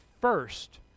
first